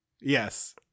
Yes